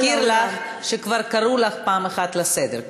אני רק רוצה להזכיר לך שכבר קראו אותך פעם אחת לסדר.